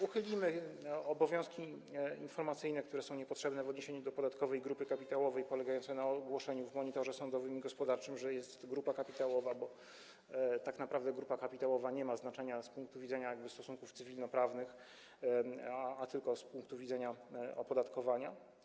Uchylamy obowiązki informacyjne, które są niepotrzebne w odniesieniu do podatkowej grupy kapitałowej - polegające na ogłoszeniu w Monitorze Sądowym i Gospodarczym, że jest grupa kapitałowa - bo tak naprawdę grupa kapitałowa nie ma znaczenia z punktu widzenia stosunków cywilnoprawnych, tylko z punktu widzenia opodatkowania.